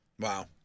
Wow